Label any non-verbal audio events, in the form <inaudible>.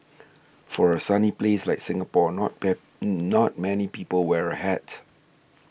for a sunny place like Singapore not <unintelligible> not many people wear a hat